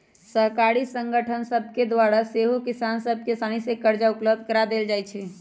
सहकारी संगठन सभके द्वारा सेहो किसान सभ के असानी से करजा उपलब्ध करा देल जाइ छइ